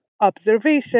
observation